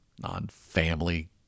non-family